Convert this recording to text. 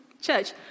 Church